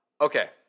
Okay